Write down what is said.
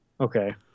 Okay